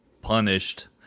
punished